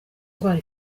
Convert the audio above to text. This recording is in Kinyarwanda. ndwara